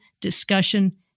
discussion